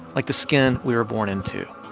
like the skin we were born into.